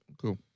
Cool